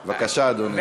בבקשה, אדוני.